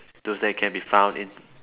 those that can be found in